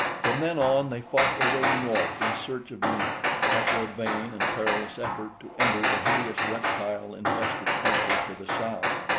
from then on, they fought their way north in search of me, after a vain and perilous effort to enter the hideous reptile-infested country to the south.